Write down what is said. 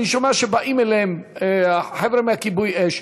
אני שומע שבאים אליהם חבר'ה מכיבוי-האש.